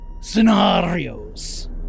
scenarios